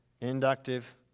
Inductive